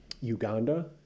Uganda